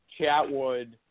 Chatwood